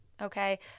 Okay